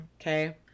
Okay